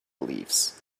leaves